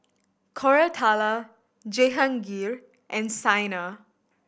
Koratala Jehangirr and Saina